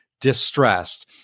distressed